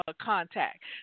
contact